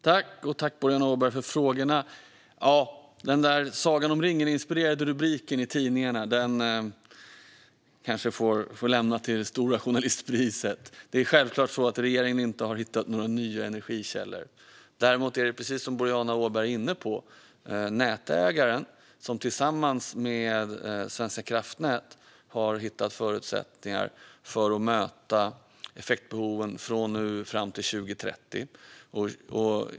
Fru talman! Tack, Boriana Åberg, för frågorna! Sagan om ringen-inspirerade rubriken i tidningarna får lämnas vidare till Stora journalistpriset. Självklart har regeringen inte hittat några nya energikällor. Däremot är det, precis som Boriana Åberg var inne på, nätägaren som tillsammans med Svenska kraftnät har hittat förutsättningar för att möta effektbehoven från nu fram till 2030.